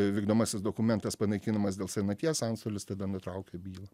vykdomasis dokumentas panaikinamas dėl senaties antstolis tada nutraukia bylą